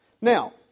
Now